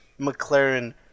McLaren